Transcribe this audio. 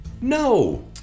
No